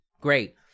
Great